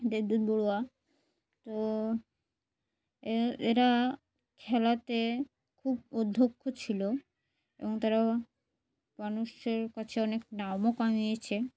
দেবদূত বড়ুয়া তো এ এরা খেলাতে খুব অধ্যক্ষ ছিল এবং তারা মানুষের কাছে অনেক নামও কামিয়েছে